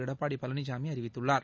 எடப்பாடி பழனிசாமி அறிவித்துள்ளார்